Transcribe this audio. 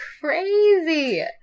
crazy